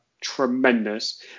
tremendous